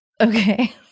Okay